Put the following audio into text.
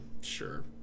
sure